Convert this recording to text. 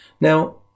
Now